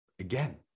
Again